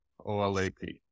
OLAP